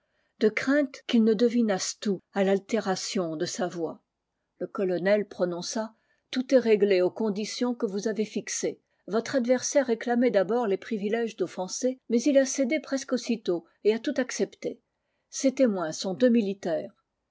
de crainte qu'ils ne devinassent tout à l'altération de sa voix le colonel prononça tout est réglé aux conditions que vous avez fixées votre adversaire réclamait d'abord les privilèges d'offensé mais il a cédé presque aussitôt et a tout accepté ses témoins sont deux militaires